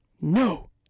No